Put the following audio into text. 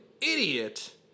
idiot